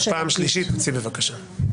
פעם שלישית, צאי בבקשה.